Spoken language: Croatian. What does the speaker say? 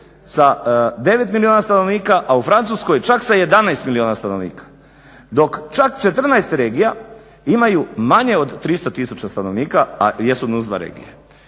sa 9 milijuna stanovnika, a u Francuskoj čak sa 11 milijuna stanovnika. Dok čak 14 regija imaju manje od 300000 stanovnika a jesu NUC2 regije.